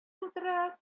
тутыра